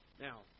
Now